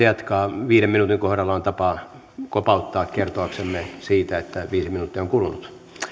jatkaa viiden minuutin kohdalla on tapa kopauttaa kertoaksemme siitä että viisi minuuttia on kulunut